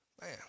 Man